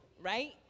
Right